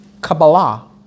Kabbalah